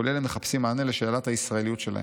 כל אלה מחפשים מענה לשאלת הישראליות שלהם.